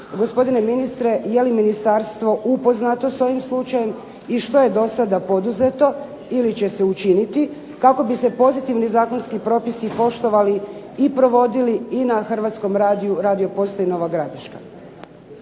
gospodine ministre, je li ministarstvo upoznato s ovim slučajem i što je do sada poduzeto ili će se učiniti kako bi se pozitivni zakonski propisi poštovali i provodili i na Hrvatskom radiju Radio postaji Nova Gradiška?